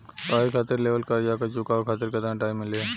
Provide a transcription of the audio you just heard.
पढ़ाई खातिर लेवल कर्जा के चुकावे खातिर केतना टाइम मिली?